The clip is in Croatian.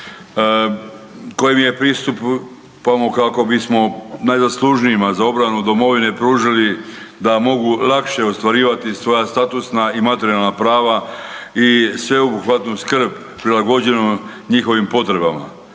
kojim pristupamo kako bismo najzaslužnijima za obranu domovine pružili da mogu lakše ostvarivati svoja statusna i materijalna prava i sveobuhvatnu skrb prilagođenu njihovim potrebama.